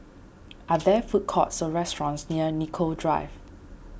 are there food courts or restaurants near Nicoll Drive